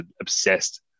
obsessed